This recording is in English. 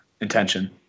intention